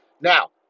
Now